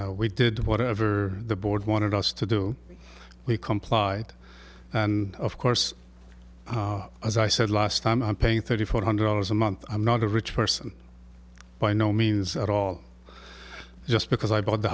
we did whatever the board wanted us to do we complied and of course as i said last time i'm paying thirty four hundred dollars a month i'm not a rich person by no means at all just because i bought the